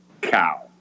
cow